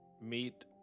meet